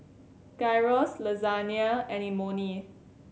Gyros Lasagne and Imoni